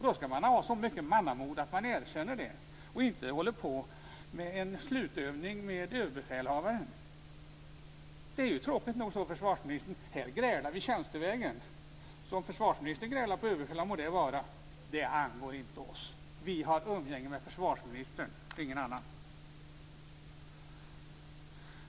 Då skall man ha så mycket mannamod att man erkänner och inte håller på med en slutövning med överbefälhavaren. Det är tråkigt nog, försvarsministern. Här grälar vi tjänstevägen. Om försvarsministern grälar på ÖB må det vara. Det angår inte oss. Vi har umgänge med försvarsministern och ingen annan.